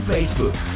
Facebook